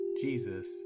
Jesus